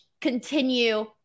continue